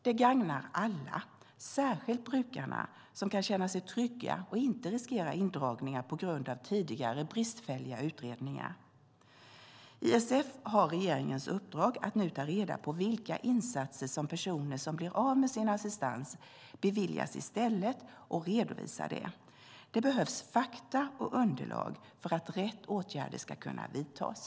Det gagnar alla, särskilt brukarna som kan känna sig trygga och inte riskerar indragningar på grund av tidigare bristfälliga utredningar. ISF har regeringens uppdrag att nu ta reda på vilka insatser som personer som blir av med sin assistans beviljas i stället och redovisa det. Det behövs fakta och underlag för att rätt åtgärder ska kunna vidtas.